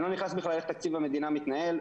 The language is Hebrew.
אני לא נכנס בכלל איך תקציב המדינה מתנהל,